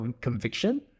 conviction